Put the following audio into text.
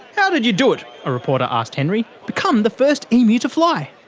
how did you do it? a reported asked henry become the first emu to fly.